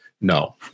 No